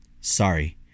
Sorry